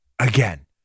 again